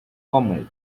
homemade